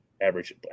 average